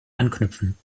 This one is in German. anknüpfen